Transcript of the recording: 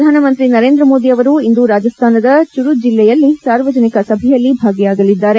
ಪ್ರಧಾನಮಂತ್ರಿ ನರೇಂದ್ರ ಮೋದಿ ಅವರು ಇಂದು ರಾಜಾಸ್ಥಾನದ ಚುರು ಜಿಲ್ಲೆಯಲ್ಲಿ ಸಾರ್ವಜನಿಕ ಸಭೆಯಲ್ಲಿ ಭಾಗಿಯಾಗಲಿದ್ದಾರೆ